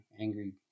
angry